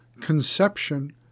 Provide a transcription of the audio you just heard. conception